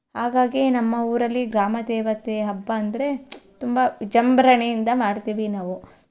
ಹಾಗಾಗಿ ನಮ್ಮ ಊರಲ್ಲಿ ಗ್ರಾಮ ದೇವತೆ ಹಬ್ಬ ಅಂದರೆ ತುಂಬ ವಿಜೃಂಭಣೆಯಿಂದ ಮಾಡ್ತೀವಿ ನಾವು